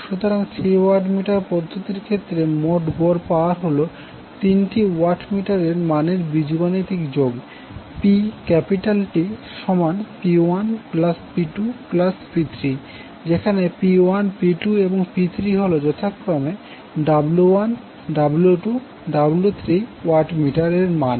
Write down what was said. সুতরাং three watt meter পদ্ধতির ক্ষেত্রে মোট গড় পাওয়ার হল তিনটি ওয়াট মিটারের মানের বীজগাণিতিক যোগ PTP1P2P3 যেখানে P1 P2এবং P3 হল যথাক্রমে W1 W2 W3ওয়াট মিটার এর মান